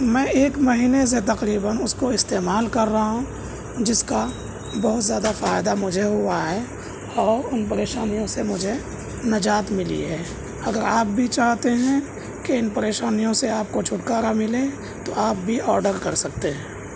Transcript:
میں ایک مہینے سے تقریبآٓ اس کو استعمال کر رہا ہوں جس کا بہت زیادہ فائدہ مجھے ہوا ہے اور ان پریشانیوں سے مجھے نجات ملی ہے اگر آپ بھی چاہتے ہیں کہ ان پریشانیوں سے آپ کو چھٹکارا ملے تو آپ بھی آڈر کر سکتے ہیں